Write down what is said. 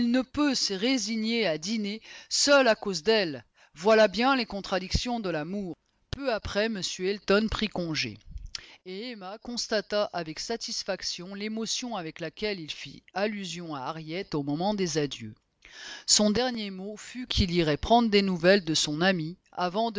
ne peut se résigner à dîner seul à cause d'elle voilà bien les contradictions de l'amour peu après m elton prit congé et emma constata avec satisfaction l'émotion avec laquelle il fit allusion à harriet au moment des adieux son dernier mot fut qu'il irait prendre des nouvelles de son amie avant